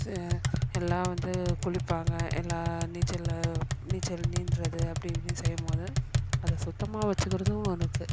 எல்லாம் வந்து குளிப்பாங்க எல்லாம் நீச்சல் நீச்சல் நீந்துவது அப்படி இப்படினு செய்யும் போது அதை சுத்தமாக வைச்சிக்குறதும் எனக்கு